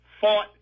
fought